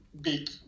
big